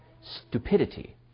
stupidity